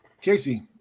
Casey